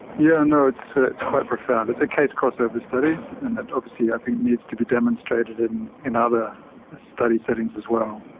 yeah know, it's ah it's quite profound, it's a case crossover study and that obviously i think needs to be demonstrated in in other study settings as well.